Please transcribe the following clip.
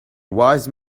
wise